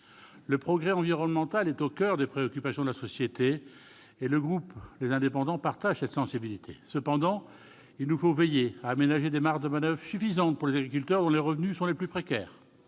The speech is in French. Le progrès environnemental est au coeur des préoccupations de la société et le groupe Les Indépendants - République et Territoires partage cette sensibilité. Cependant, il nous faut veiller à aménager des marges de manoeuvre suffisantes pour les agriculteurs dont les revenus sont les plus précaires.